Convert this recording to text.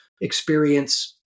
experience